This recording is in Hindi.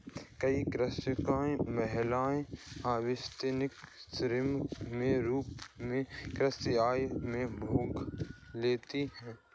कई कृषक महिलाएं अवैतनिक श्रम के रूप में कृषि कार्य में भाग लेती हैं